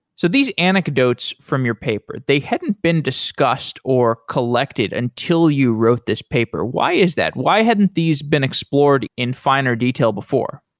so these anecdotes from your paper, they hadn't been discussed or collected until you wrote this paper. why is that? why hadn't these been explored in finer detail before?